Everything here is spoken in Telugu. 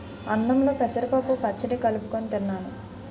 అన్నంలో పెసరపప్పు పచ్చడి కలుపుకొని తిన్నాను